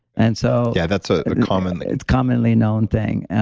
and so yeah, that's ah common. it's commonly known thing,